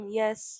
yes